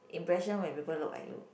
impression when people look at you